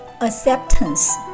Acceptance